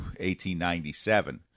1897